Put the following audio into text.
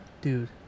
dude